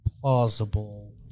Plausible